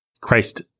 Christ